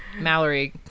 Mallory